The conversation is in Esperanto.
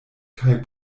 kaj